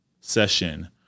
session